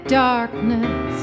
darkness